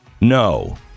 no